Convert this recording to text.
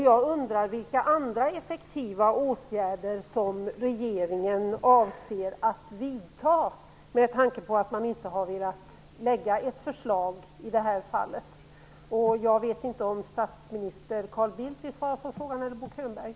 Jag undrar vilka andra effektiva åtgärder som regeringen avser att vidta med tanke på att man inte har lagt fram något förslag. Jag vet inte om statsminister Carl Bildt eller Bo Könberg vill svara på frågan.